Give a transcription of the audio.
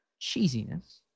cheesiness